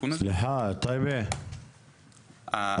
דרישה של מדינה שרוצה לדעת,